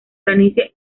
planicie